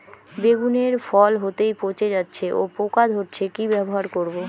বেগুনের ফল হতেই পচে যাচ্ছে ও পোকা ধরছে কি ব্যবহার করব?